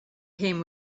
came